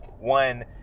One